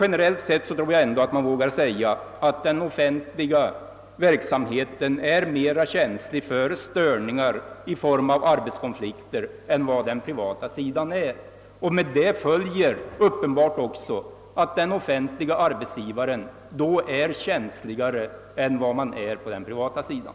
Generellt sett tror jag ändå man vågar påstå, att den offentliga verksamheten är mera känslig för störningar i form av arbetskonflikter än den privata sidan. Därmed följer uppenbarligen också att den offentliga arbetsgivaren också har en känsligare ställning än vad som är fallet på den privata sidan.